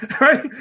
Right